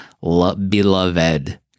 beloved